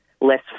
less